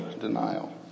denial